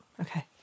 Okay